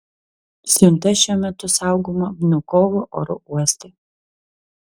siunta šiuo metu saugoma vnukovo oro uoste